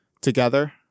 Together